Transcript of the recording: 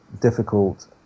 difficult